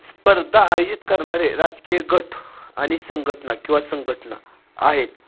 स्पर्धा आयोजित करणारे राजकीय गट आणि संघटना किवा संघटना आहेत